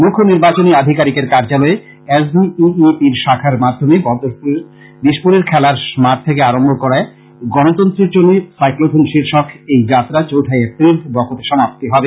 মুখ্য নির্বাচনী আধিকারিকের কার্যালয়ের এস ভি ই ই পির শাখার মাধ্যমে দিসপুরের খেলার মাঠ থেকে আরম্ভ করা গনতন্ত্রের জন্য সাইক্লোথন শীর্ষক এই যাত্রা চৌঠা এপ্রিল বকোতে সমাপ্তি হবে